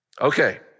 Okay